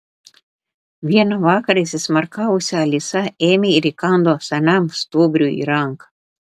vieną vakarą įsismarkavusi alisa ėmė ir įkando senam stuobriui į ranką